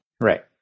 Right